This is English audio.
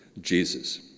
Jesus